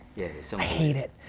so hate it!